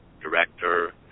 director